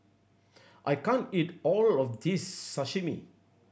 I can't eat all of this Sashimi